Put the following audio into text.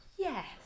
Yes